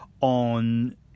on